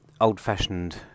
old-fashioned